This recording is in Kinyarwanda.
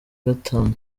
gatanu